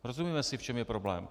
Rozumíme si, v čem je problém?